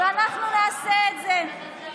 ואנחנו נעשה את זה.